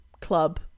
club